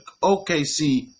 OKC